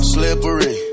Slippery